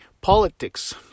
politics